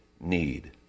need